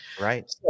Right